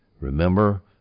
Remember